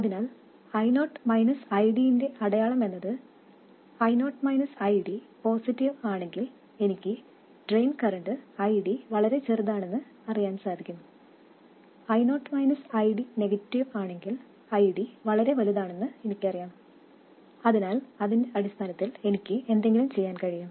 അതിനാൽ I0 ID ന്റെ sign എന്നത് I0 ID പോസിറ്റീവ് ആണെങ്കിൽ എന്റെ ഡ്രെയിൻ കറന്റ് ID വളരെ ചെറുതാണെന്ന് എനിക്ക് അറിയാം I0 ID നെഗറ്റീവ് ആണെങ്കിൽ ID വളരെ വലുതാണെന്ന് എനിക്കറിയാം അതിനാൽ അതിന്റെ അടിസ്ഥാനത്തിൽ എനിക്ക് എന്തെങ്കിലും ചെയ്യാൻ കഴിയും